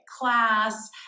class